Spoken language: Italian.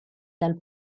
dal